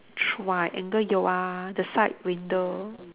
triangle 有 ah the side window